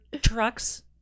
trucks